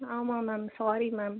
ஆமாம் ma'am sorry ma'am